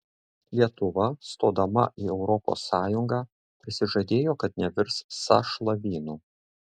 lietuva stodama į europos sąjungą prisižadėjo kad nevirs sąšlavynu